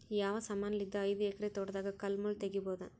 ಯಾವ ಸಮಾನಲಿದ್ದ ಐದು ಎಕರ ತೋಟದಾಗ ಕಲ್ ಮುಳ್ ತಗಿಬೊದ?